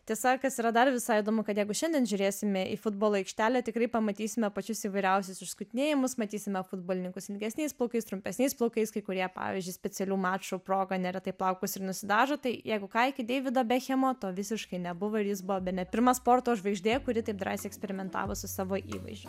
tiesa kas yra dar visai įdomu kad jeigu šiandien žiūrėsime į futbolo aikštelę tikrai pamatysime pačius įvairiausius išskutinėjamus matysime futbolininkus ilgesniais plaukais trumpesniais plaukais kai kurie pavyzdžiui specialių mačų proga neretai plaukus ir nusidažo tai jeigu ką iki deivido bekhemo to visiškai nebuvo ir jis buvo bene pirma sporto žvaigždė kuri taip drąsiai eksperimentavo su savo įvaizdžiu